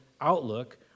outlook